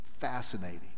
fascinating